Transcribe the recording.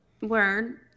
word